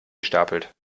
gestapelt